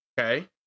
okay